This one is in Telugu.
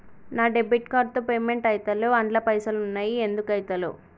నా డెబిట్ కార్డ్ తో పేమెంట్ ఐతలేవ్ అండ్ల పైసల్ ఉన్నయి ఎందుకు ఐతలేవ్?